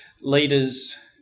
leaders